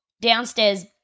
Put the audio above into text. downstairs